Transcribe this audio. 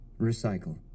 Recycle